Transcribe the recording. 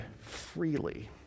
freely